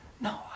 No